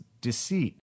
deceit